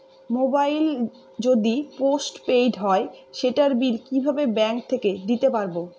Mobile যদি post paid হয় সেটার বিল কিভাবে ব্যাংক থেকে দিতে পারব?